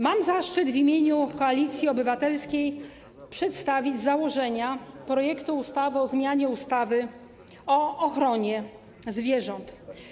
Mam zaszczyt w imieniu Koalicji Obywatelskiej przedstawić założenia projektu ustawy o zmianie ustawy o ochronie zwierząt.